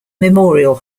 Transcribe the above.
memorial